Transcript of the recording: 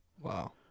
Wow